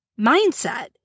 mindset